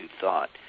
thought